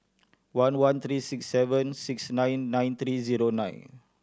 one one three six seven six nine nine three zero nine